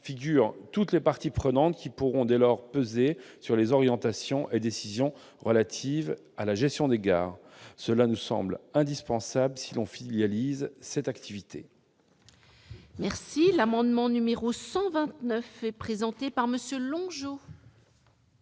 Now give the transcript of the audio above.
figurent toutes les parties prenantes, qui pourront dès lors peser sur les orientations et décisions relatives à la gestion des gares. Cela nous semble indispensable si l'on filialise cette activité. L'amendement n° 129, présenté par M. Longeot,